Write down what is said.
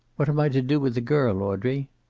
what am i to do with the girl, audrey?